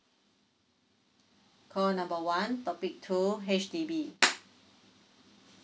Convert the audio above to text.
call number one topic two H_D_B